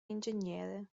ingegnere